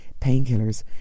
painkillers